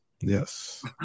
Yes